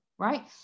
right